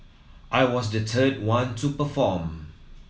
I was the third one to perform